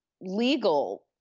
legal